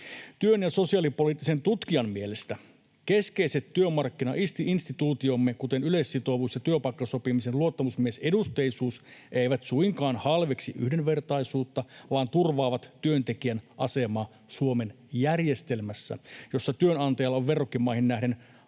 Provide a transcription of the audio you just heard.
Työn ja sosiaalipolitiikan tutkijan mielestä ”keskeiset työmarkkinainstituutiomme, kuten yleissitovuus ja työpaikkasopimisen luottamusmiesedusteisuus, eivät suinkaan ’halveksi’ yhdenvertaisuutta, vaan turvaavat työntekijän asemaa Suomen järjestelmässä, jossa työnantajalla on verrokkimaihin nähden